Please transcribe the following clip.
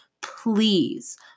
please